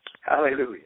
Hallelujah